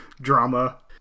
drama